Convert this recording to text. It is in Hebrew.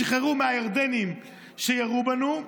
שחררו מהירדנים שירו עלינו,